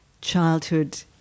childhood